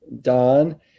Don